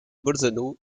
bolzano